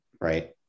right